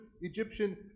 Egyptian